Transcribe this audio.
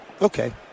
okay